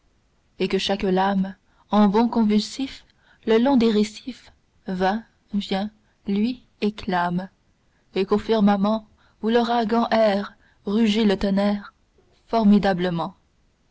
et que chaque lame en bonds convulsifs le long des récifs va vient luit et clame et qu'au firmament où l'ouragan erre rugit le tonnerre formidablement